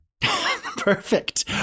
Perfect